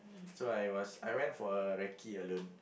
so I was I went for a recce alone